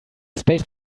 space